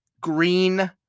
Green